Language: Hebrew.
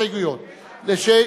אני קובע שההסתייגות לסעיף 2,